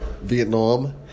Vietnam